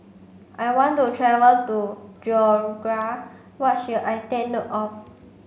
I want to travel to Georgia what should I take note of